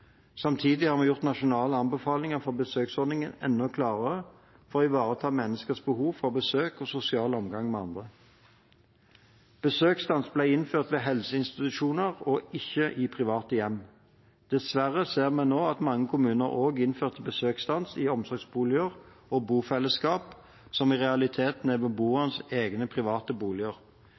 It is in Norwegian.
Samtidig har vi gjort nasjonale anbefalinger for besøksordninger enda klarere for å ivareta menneskers behov for besøk og sosial omgang med andre. Besøksstansen ble innført ved helseinstitusjoner og ikke i private hjem. Dessverre ser vi nå at mange kommuner også innførte besøksstans i omsorgsboliger og bofellesskap, som i realiteten er beboernes egne private boliger.